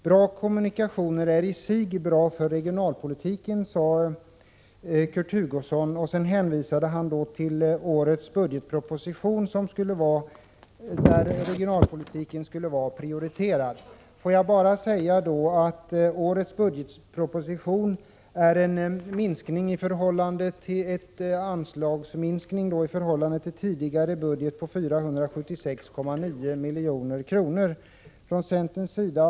Bra kommunikationer är i sig bra för regionalpolitiken, sade Kurt Hugosson. Sedan hänvisade han till årets budgetproposition där regionalpolitiken skulle vara prioriterad. Låt mig bara säga att årets budgetproposition innebär en anslagsminskning i förhållande till tidigare budgetår med 476,9 milj.kr. Det är inte att främja regionalpolitiken.